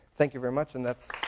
thank you very much, and that's